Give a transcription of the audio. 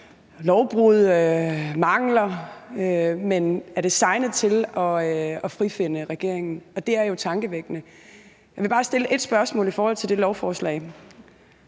lovbrud og mangler, men er designet at frifinde regeringen, og det er jo tankevækkende. Jeg vil bare stille ét spørgsmål i forhold til det lovforslag.